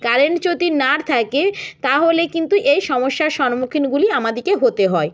current যদি নার থাকে তাহলে কিন্তু এই সমস্যার সম্মুখীনগুলি আমাদেরকে হতে হয়